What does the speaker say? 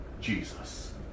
Jesus